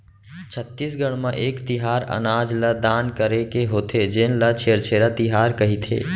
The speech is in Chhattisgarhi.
छत्तीसगढ़ म एक तिहार अनाज ल दान करे के होथे जेन ल छेरछेरा तिहार कहिथे